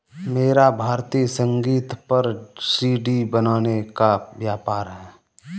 मेरा भारतीय संगीत पर सी.डी बनाने का व्यापार है